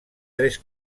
tres